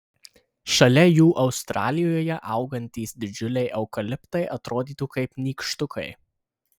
šalia jų australijoje augantys didžiuliai eukaliptai atrodytų kaip nykštukai